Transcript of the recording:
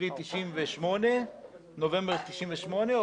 קרי נובמבר 98',